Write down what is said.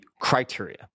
criteria